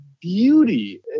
beauty